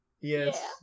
Yes